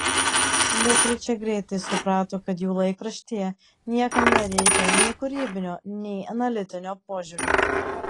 beatričė greitai suprato kad jų laikraštyje niekam nereikia nei kūrybinio nei analitinio požiūrio